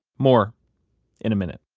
more in a minute